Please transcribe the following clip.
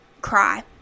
cry